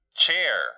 chair